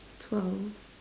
twelve